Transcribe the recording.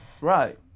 Right